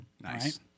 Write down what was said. Nice